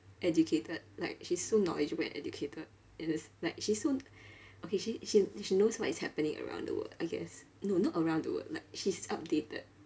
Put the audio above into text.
educated like she's so knowledgeable and educated and just like she's so okay she she she knows what is happening around the world I guess no not around the world like she's updated